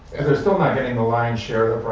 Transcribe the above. they're still not getting the lion's share